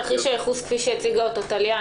זה המשמעות של תרחיש הייחוס כפי שהציגה כאן טליה לנקרי.